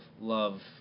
Love